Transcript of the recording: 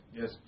Yes